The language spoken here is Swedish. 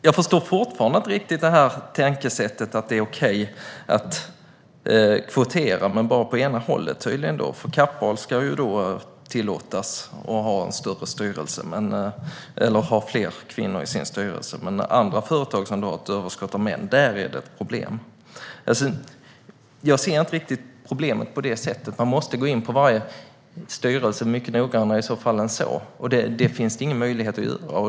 Jag förstår fortfarande inte riktigt tänkesättet att det är okej att kvotera men tydligen bara på det ena hållet: Kappahl ska tillåtas ha fler kvinnor i sin styrelse, men i andra företag som har ett överskott av män är det ett problem. Jag ser inte riktigt problemet på det sättet. Man måste se noggrannare på varje styrelse, och det finns det ingen möjlighet att göra.